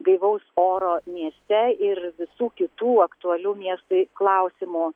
gaivaus oro mieste ir visų kitų aktualių miestui klausimų